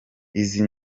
izi